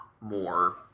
more